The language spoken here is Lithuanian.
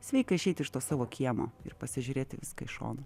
sveika išeit iš to savo kiemo ir pasižiūrėt į viską iš šono